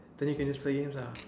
then you can just play games ah